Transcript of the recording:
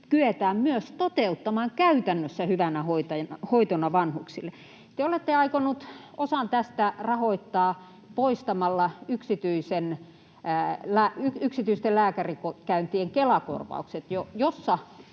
kyetään myös toteuttamaan käytännössä hyvänä hoitona vanhuksille. Te olette aikonut osan tästä rahoittaa poistamalla yksityisten lääkärikäyntien Kela-korvaukset,